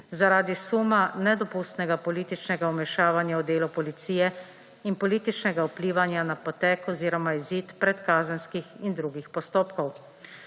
zaradi suma nedopustnega političnega vmešavanja v delo policije in političnega vplivanja na potek oziroma izid predkazenskih in drugih postopkov.